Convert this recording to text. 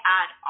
add